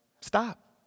Stop